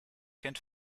kennt